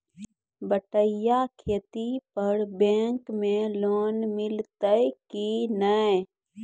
बटाई खेती पर बैंक मे लोन मिलतै कि नैय?